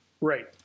Right